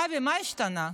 אבי, מה השתנה?